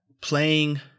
playing